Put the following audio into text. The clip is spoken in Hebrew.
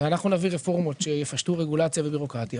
הרי אנחנו נביא רפורמות שיפשטו רגולציה וביורוקרטיה